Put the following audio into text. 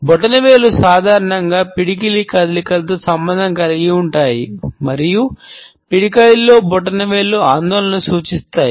బ్రొటనవేళ్లు సాధారణంగా పిడికిలి బ్రొటనవేళ్లు ఆందోళనను సూచిస్తాయి